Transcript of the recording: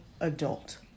adult